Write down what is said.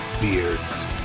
Beards